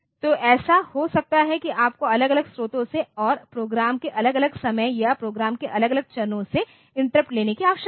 तो ऐसा हो सकता है कि आपको अलग अलग स्रोतों से और प्रोग्राम के अलग अलग समय या प्रोग्राम के अलग अलग चरणों से इंटरप्ट लेने की आवश्यकता है